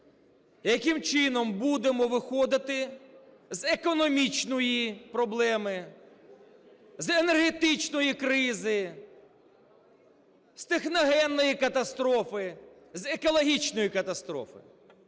яким чином будемо виходити з економічної проблеми, з енергетичної кризи, з техногенної катастрофи, з екологічної катастрофи?